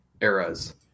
era's